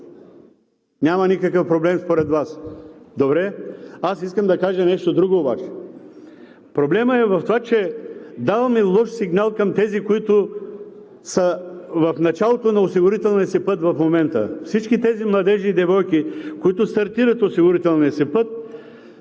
Няма никакъв проблем според Вас, добре. Аз искам да кажа нещо друго обаче. Проблемът е в това, че даваме лош сигнал към тези, които са в началото на осигурителния си път в момента. Всички тези младежи и девойки, които стартират осигурителния си път,